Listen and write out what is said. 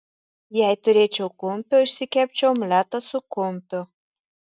jei turėčiau kumpio išsikepčiau omletą su kumpiu